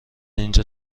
اینجا